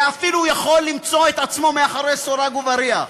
ואפילו הוא יכול למצוא את עצמו מאחורי סורג ובריח.